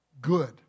good